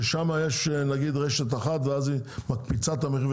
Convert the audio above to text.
ששם יש נגיד רשת אחת ואז היא מקפיצה את המחירים